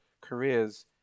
careers